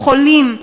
חולים.